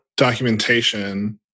documentation